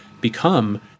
become